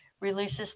releases